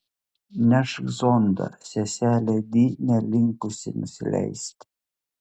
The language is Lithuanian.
nešk zondą seselė di nelinkusi nusileisti